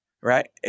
right